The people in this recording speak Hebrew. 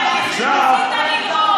אתה הבטחת, אביר.